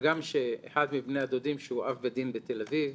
הגם שאחד מבני הדודים, שהוא אב בית דין בתל אביב,